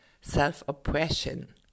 self-oppression